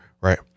Right